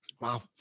Wow